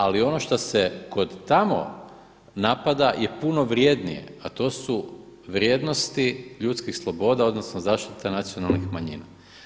Ali ono šta se kod tamo napada je puno vrijednije a to su vrijednosti ljudskih sloboda, odnosno zaštita nacionalnih manjina.